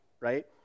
right